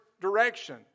direction